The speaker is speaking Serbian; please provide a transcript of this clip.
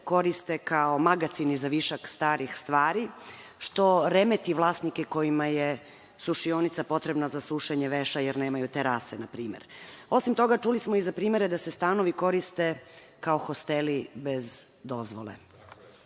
koriste kao magacini za višak starih stvari, što remeti vlasnike kojima je sušionica potrebna za sušenje veša jer nemaju terase, na primer. Osim toga, čuli smo i za primere da se stanovi koriste kao hosteli bez dozvole.